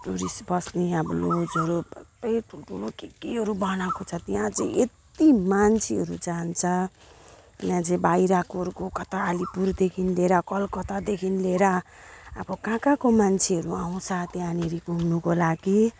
tourist बस्ने अब लजहरू सबै ठुल्ठुलो के केहरू बनाएको छ त्यहाँ चाहिँ यति मान्छेहरू जान्छ त्यहाँ चाहिँ बाहिरकोहरूको कता अलिपुरदेखि लिएर कलकत्तादेखि लिएर अब कहाँ कहाँको मान्छेहरू आउँछ त्यहाँनेरि घुम्नुको लागि